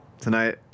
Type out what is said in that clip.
Tonight